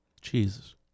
Jesus